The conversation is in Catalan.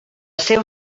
seu